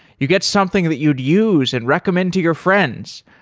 you get something that you would use and recommend to your friends,